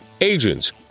agents